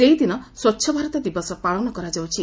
ସେହିଦିନ ସ୍ୱଚ୍ଛ ଭାରତ ଦିବସ ପାଳନ କରାଯାଉଛି